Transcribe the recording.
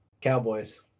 Cowboys